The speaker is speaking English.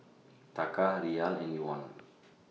Taka Riyal and Yuan